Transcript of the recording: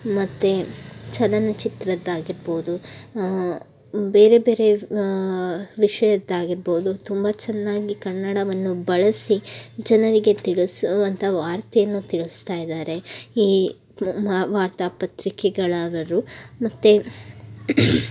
ಮತ್ತು ಚಲನಚಿತ್ರದ್ದು ಆಗಿರ್ಬೋದು ಬೇರೆ ಬೇರೆ ವಿಷಯದ್ದಾಗಿರ್ಬೋದು ತುಂಬ ಚೆನ್ನಾಗಿ ಕನ್ನಡವನ್ನು ಬಳಸಿ ಜನರಿಗೆ ತಿಳಿಸುವಂಥ ವಾರ್ತೆಯನ್ನು ತಿಳಿಸ್ತಾಯಿದ್ದಾರೆ ಈ ವಾರ್ತಾಪತ್ರಿಕೆಗಳವರು ಮತ್ತು